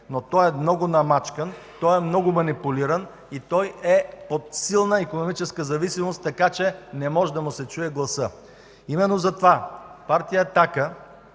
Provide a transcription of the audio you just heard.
но той е много мачкан, много манипулиран и е под силна икономическа зависимост, така че не може да му се чуе гласът. Именно затова партия